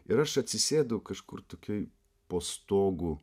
ir aš atsisėdu kažkur tokioj po stogu